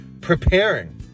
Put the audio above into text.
preparing